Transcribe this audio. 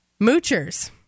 Moochers